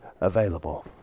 available